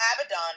Abaddon